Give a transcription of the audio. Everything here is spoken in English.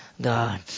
God